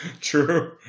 True